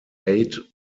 eight